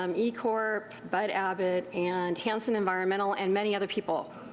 um ecorp, bud abbot, and hansen environmental and many other people.